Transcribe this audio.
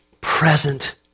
present